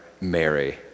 Mary